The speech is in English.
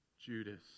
judas